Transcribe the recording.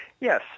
Yes